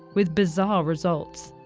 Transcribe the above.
with bizarre results.